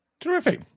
Terrific